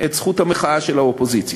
את זכות המחאה של האופוזיציה.